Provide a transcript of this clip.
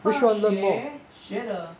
大学学的